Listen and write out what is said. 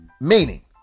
meaning